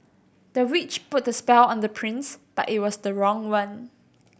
the witch put a spell on the prince but it was the wrong one